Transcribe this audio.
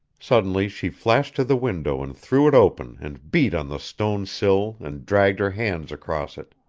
suddenly she flashed to the window and threw it open and beat on the stone sill and dragged her hands across it.